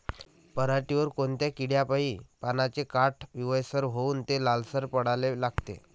पऱ्हाटीवर कोनत्या किड्यापाई पानाचे काठं पिवळसर होऊन ते लालसर पडाले लागते?